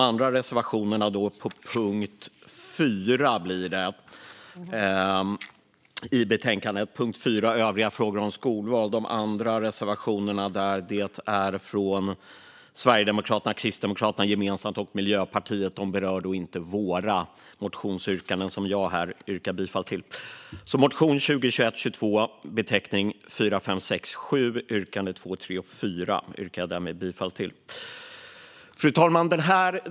Under punkt 4 i betänkandet, Övriga frågor om skolval, finns en gemensam reservation från Sverigedemokraterna och Kristdemokraterna och en reservation från Miljöpartiet. De berör inte våra motionsyrkanden, som jag här yrkar bifall till. Jag yrkar alltså bifall till motion 2021/22:4567, yrkande 2, 3 och 4. Fru talman!